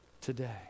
Today